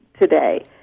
today